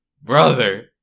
brother